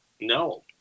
No